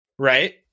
Right